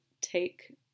take